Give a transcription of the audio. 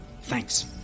Thanks